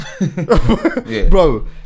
Bro